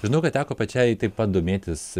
žinau kad teko pačiai taip pat domėtis